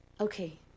Okay